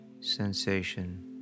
sensation